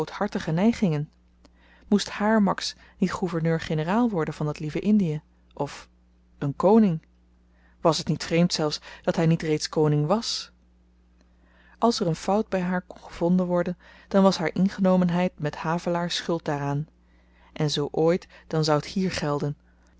neigingen moest hààr max niet gouverneur-generaal worden van dat lieve indie of een koning wast t niet vreemd zelfs dat hy niet reeds koning wàs als er een fout by haar kon gevonden worden dan was haar ingenomenheid met havelaar schuld daaraan en zoo ooit dan zou t hier gelden